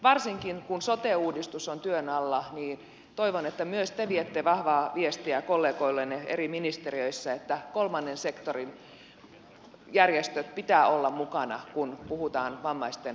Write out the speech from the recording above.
varsinkin kun sote uudistus on työn alla toivon että myös te viette vahvaa viestiä kollegoillenne eri ministeriöissä että kolmannen sektorin järjestöjen pitää olla mukana kun puhutaan vammaisten palvelutuotannosta